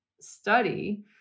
study